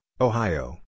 Ohio